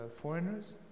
foreigners